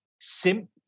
simp